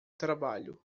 trabalho